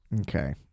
Okay